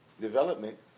development